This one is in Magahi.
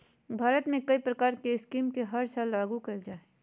भारत में कई प्रकार के स्कीम के हर साल लागू कईल जा हइ